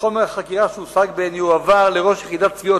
שחומר החקירה שהושג בהן יועבר לראש יחידת התביעות,